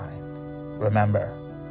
Remember